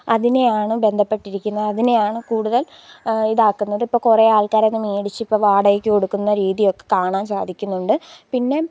അതിനെയാണ് ബന്ധപ്പെട്ടിരിക്കുന്നത് അതിനെയാണ് കൂടുതല് ഇതാക്കുന്നത് ഇപ്പോൾ കുറേ ആള്ക്കാരതു മേടിച്ചിപ്പം വാടകക്ക് കൊടുക്കുന്ന രീതിയൊക്കെ കാണാന് സാധിക്കുന്നുണ്ട് പിന്നെ